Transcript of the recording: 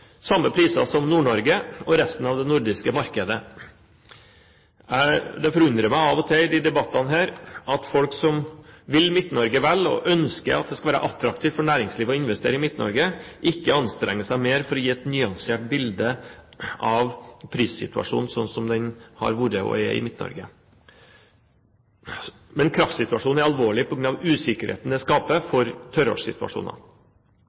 samme priser som Nord-Norge og resten av det nordiske markedet. Det forundrer meg av og til i disse debattene at folk som vil Midt-Norge vel og ønsker at det skal være attraktivt for næringslivet å investere i Midt-Norge, ikke anstrenger seg mer for å gi et nyansert bilde av prissituasjonen som den har vært, og er, i Midt-Norge. Men kraftsituasjonen er alvorlig på grunn av usikkerheten det skaper